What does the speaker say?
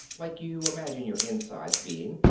like you imagine your insides being,